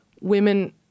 women